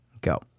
Go